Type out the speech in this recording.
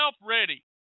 ready